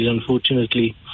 unfortunately